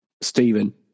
Stephen